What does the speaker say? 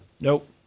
Nope